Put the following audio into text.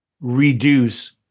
reduce